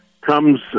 comes